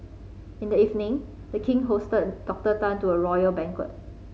in the evening The King hosted Doctor Tan to a royal banquet